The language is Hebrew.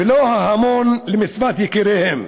ולא את מצוות יקיריהם.